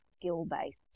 skill-based